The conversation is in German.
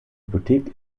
hypothek